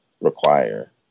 require